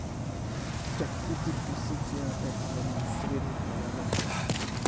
চাক্কিতে পিসে যে আটা ভাল মসৃল বালাল হ্যয়